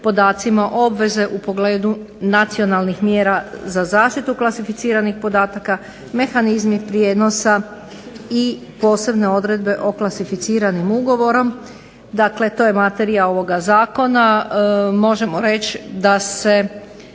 podacima, obveze u pogledu nacionalnih mjera za zaštitu klasificiranih podataka, mehanizmi prijenosa i posebne odredbe o klasificiranim ugovorom. Dakle, to je materija ovoga zakona. Možemo reći da se